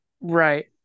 Right